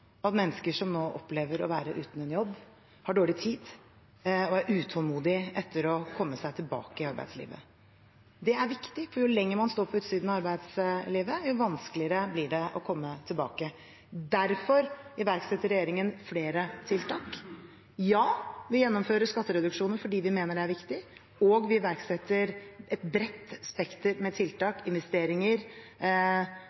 at mennesker som nå opplever å være uten jobb, har dårlig tid og er utålmodige etter å komme seg tilbake i arbeidslivet. Det er viktig, for jo lenger man står på utsiden av arbeidslivet, jo vanskeligere blir det å komme tilbake. Derfor iverksetter regjeringen flere tiltak. Ja, vi gjennomfører skattereduksjoner fordi vi mener det er viktig, og vi iverksetter et bredt spekter